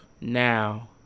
now